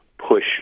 push